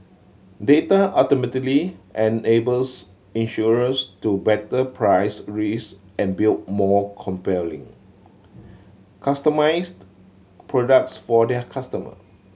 data ultimately enables insurers to better price risk and build more compelling customised products for their customer